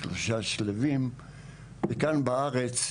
בשלושה שלבים וכאן בארץ,